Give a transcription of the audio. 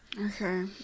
Okay